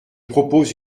propose